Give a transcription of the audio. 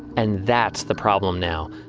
and that's the problem now.